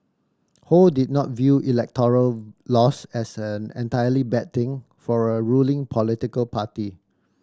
ho did not view electoral loss as an entirely bad thing for a ruling political party